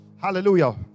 Hallelujah